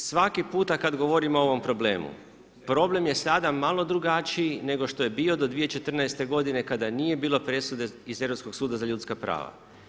Dakle svaki puta kada govorimo o ovom problemu problem je sada malo drugačiji nego što je bio do 2014. godine kada nije bilo presude iz Europskog suda za ljudska prava.